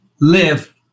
live